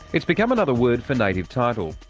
it's become another word for native title.